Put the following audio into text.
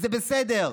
זה בסדר.